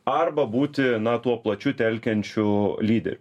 arba būti na tuo plačiu telkiančiu lyderiu